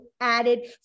added